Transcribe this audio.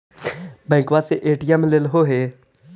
बैंकवा से ए.टी.एम लेलहो है?